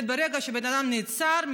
ברגע שבן אדם נעצר,